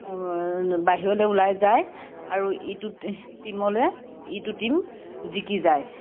বাহিৰলৈ ওলাই যায় আৰু ইটোত টীমলৈ ইটো টীম জিকি যায়